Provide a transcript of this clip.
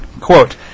quote